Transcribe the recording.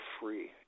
free